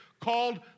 called